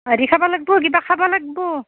হেৰি খাব লাগিব কিবা খাব লাগিব